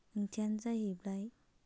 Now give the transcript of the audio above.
ओंथियानो जाहैबाय